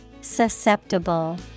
Susceptible